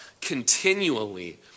continually